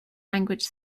language